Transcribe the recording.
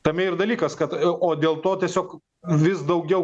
tame ir dalykas kad o dėl to tiesiog vis daugiau